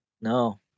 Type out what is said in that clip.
No